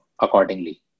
accordingly